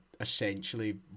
essentially